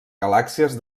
galàxies